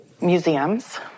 museums